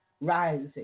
rising